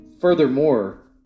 furthermore